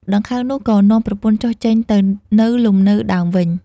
ដង្ខៅនោះ ក៏នាំប្រពន្ធចុះ ចេញទៅនៅលំនៅដើមវិញ ។